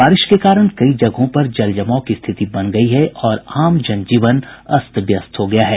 बारिश के कारण कई जगहों पर जलजमाव की स्थिति बन गयी है और आम जनजीवन अस्त व्यस्त हो गया है